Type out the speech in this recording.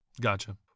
Gotcha